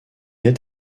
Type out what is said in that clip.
est